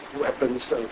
weapons